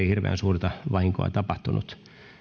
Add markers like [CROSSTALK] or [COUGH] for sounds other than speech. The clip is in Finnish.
[UNINTELLIGIBLE] hirveän suurta vahinkoa tapahtunut